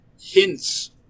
hints